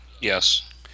Yes